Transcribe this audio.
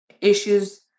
issues